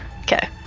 Okay